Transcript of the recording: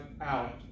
out